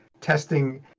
testing